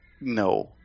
no